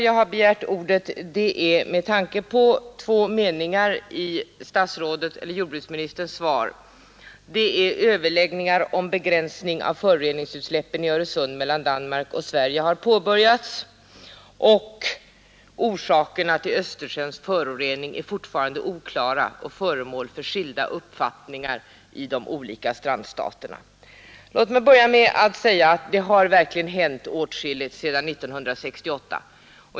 Jag har begärt ordet med tanke på två meningar i jordbruksministerns svar, nämligen: ”Överläggningar om begränsning av föroreningsutsläppen i Öresund mellan Danmark och Sverige har påbörjats” och ”Orsakerna till Östersjöns förorening är fortfarande oklara och föremål för skilda uppfattningar i de olika strandstaterna.” Låt mig börja med att säga att det verkligen har hänt åtskilligt sedan 1968.